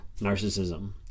narcissism